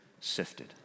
sifted